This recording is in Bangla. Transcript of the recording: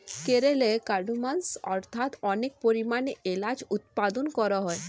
কেরলে কার্ডমমস্ অর্থাৎ অনেক পরিমাণে এলাচ উৎপাদন করা হয়